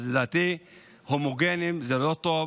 אז לדעתי הומוגניים זה לא טוב.